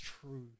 true